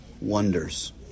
wonders